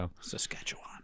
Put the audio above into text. Saskatchewan